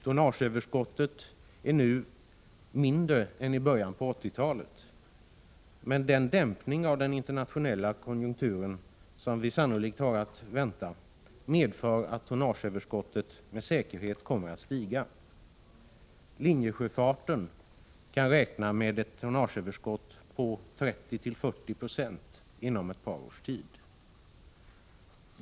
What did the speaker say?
Tonnageöverskottet är nu mindre än i början av 1980-talet, men den dämpning av den internationella konjunkturen som vi sannolikt har att vänta medför att tonnageöverskottet med säkerhet kommer att stiga. Linjesjöfarten kan räkna med ett tonnageöverskott på 30-40 20 inom ett par års tid.